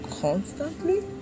constantly